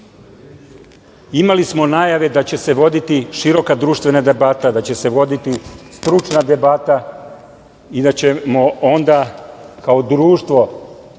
smo najave da će se voditi široka društvena debata, da će se voditi stručna debata i da ćemo onda kao društvo